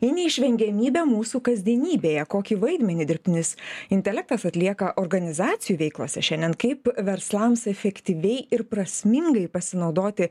į neišvengiamybę mūsų kasdienybėje kokį vaidmenį dirbtinis intelektas atlieka organizacijų veiklose šiandien kaip verslams efektyviai ir prasmingai pasinaudoti